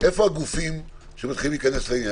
איפה הגופים שמתחילים להיכנס לעניין?